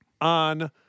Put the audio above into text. on